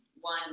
one